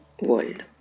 world